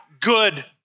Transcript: good